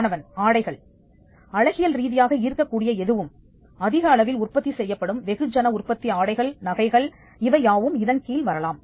மாணவன் ஆடைகள் அழகியல் ரீதியாக ஈர்க்கக்கூடிய எதுவும் அதிக அளவில் உற்பத்தி செய்யப்படும் வெகுஜன உற்பத்தி ஆடைகள் நகைகள் இவையாவும் இதன் கீழ் வரலாம்